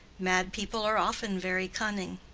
mad people are often very cunning.